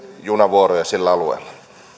junavuoroja sillä alueella